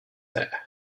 hair